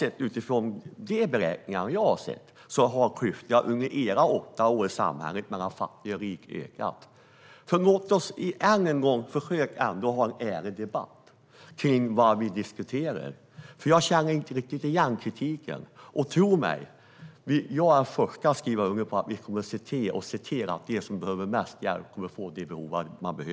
Enligt de beräkningar jag har sett ökade klyftorna i samhället mellan fattiga och rika under era åtta år. Så låt oss ha en ärlig debatt om det vi diskuterar, för jag känner inte igen kritiken. Tro mig, jag är den förste att skriva under på att vi ska se till att de som behöver mest hjälp också ska få det.